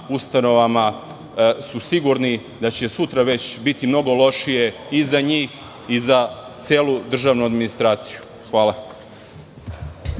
ustanovama su sigurni da će sutra već biti mnogo lošije i za njih i za celu državnu administraciju. Hvala.